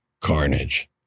carnage